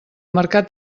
mercat